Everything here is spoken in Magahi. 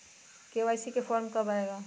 के.वाई.सी फॉर्म कब आए गा?